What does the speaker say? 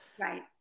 Right